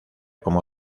como